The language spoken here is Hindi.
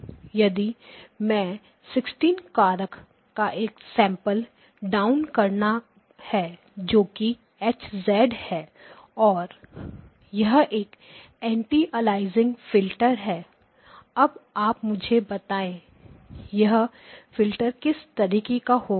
फ़ा यदि हमें 16 कारक का एक सैंपल डाउन करना है जोकि H है जो और यह एक एंटीअलियासिंग फिल्टर है अब आप मुझे बताइए यह फिल्टर किस तरीके का होगा